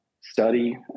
study